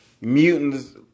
mutants